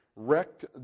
wrecked